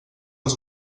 els